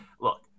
look